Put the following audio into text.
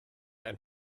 ein